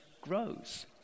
grows